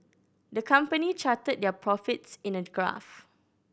the company charted their profits in a graph